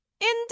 Indeed